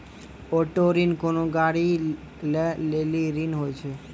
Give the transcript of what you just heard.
auto ऋण कोनो गाड़ी लै लेली ऋण होय छै